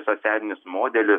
socialinis modelis